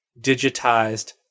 digitized